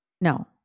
No